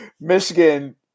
Michigan